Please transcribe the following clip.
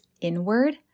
inward